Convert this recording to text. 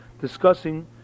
discussing